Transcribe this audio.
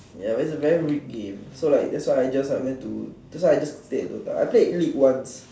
ya it's a very rigged game so like that's why I just went to that's why I stayed in DOTA I played league once